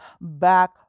back